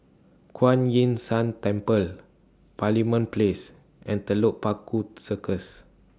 Kuan Yin San Temple Parliament Place and Telok Paku Circus